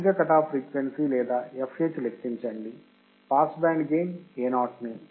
అధిక cut off frequency లేదా fh లెక్కించండి పాస్ బ్యాండ్ గెయిన్ Ao ని